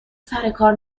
سرکار